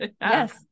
yes